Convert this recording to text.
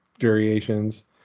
variations